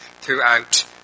throughout